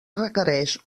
requereix